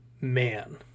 man